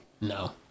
No